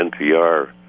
NPR